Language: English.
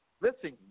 listen